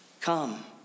Come